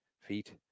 feet